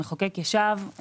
המחוקק ישב,